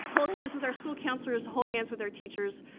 hold hands with our school counselors, hold hands with our teachers,